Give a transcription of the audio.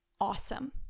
awesome